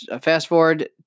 fast-forward